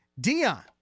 Dion